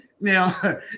now